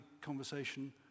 conversation